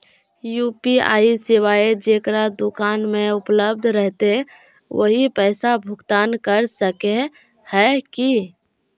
UPI सेवाएं जेकरा दुकान में उपलब्ध रहते वही पैसा भुगतान कर सके है की?